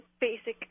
basic